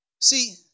See